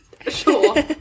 Sure